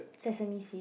sesame seed